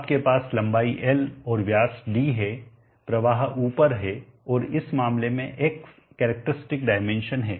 आपके पास लंबाई l और व्यास d है प्रवाह ऊपर है और इस मामले में X कैरेक्टरस्टिक डायमेंशन है